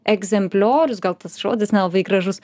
egzempliorius gal tas žodis nelabai gražus